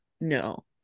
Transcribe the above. no